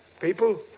People